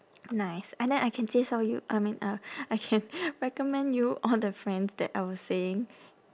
nice and then I can 介绍 you I mean uh I can recommend you all the friends that I was saying